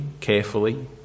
carefully